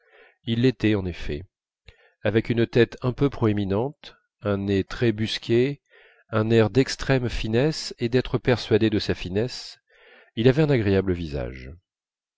il l'était en effet avec une tête un peu proéminente un nez très busqué un air d'extrême finesse et d'être persuadé de sa finesse il avait un visage